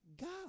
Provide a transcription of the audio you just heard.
God